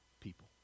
people